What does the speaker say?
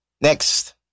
Next